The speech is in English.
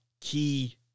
key